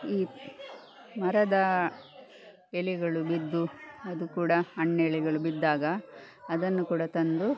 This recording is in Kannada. ಈ ಮರದಾ ಎಲೆಗಳು ಬಿದ್ದು ಅದು ಕೂಡ ಹಣ್ಣೆಲೆಗಳು ಬಿದ್ದಾಗ ಅದನ್ನು ಕೂಡ ತಂದು